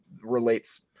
relates